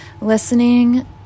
listening